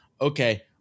okay